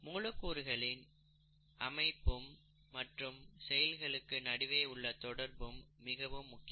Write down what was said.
மூலக்கூறுகளின் அமைப்பு மற்றும் செயல்களுக்கு நடுவே உள்ள தொடர்பு மிகவும் முக்கியம்